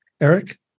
Eric